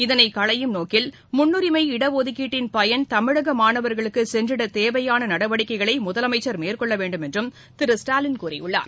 இதனை களையும் நோக்கில் முன்னுரிமை இடஒதுக்கீட்டின் பயன் தமிழக மானவர்களுக்கு சென்றிட தேவையான நடவடிக்கைகளை முதலமைச்சர் மேற்கொள்ளவேண்டும் என்றும் திரு ஸ்டாலின் கூறியுள்ளார்